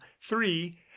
three